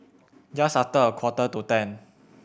just after a quarter to ten